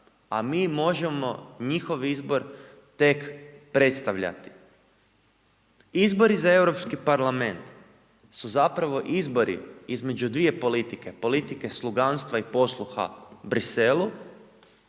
a mi možemo njihov izbor tek predstavljati. Izbori za Europski parlament, su zapravo izbori između dvije politike, politike sluganstva i posluha Bruxellesu,